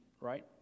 right